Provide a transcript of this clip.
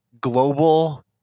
global